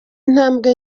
intambwe